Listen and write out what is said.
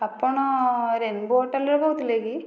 ଆପଣ ରେନବୋ ହୋଟେଲରୁ କହୁଥିଲେ କି